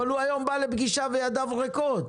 אבל הוא היום בא לפגישה וידיו ריקות.